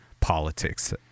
politics